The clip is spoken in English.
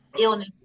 illness